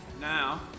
Now